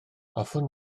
hoffwn